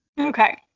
Okay